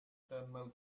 terminal